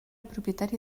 propietari